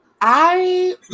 I-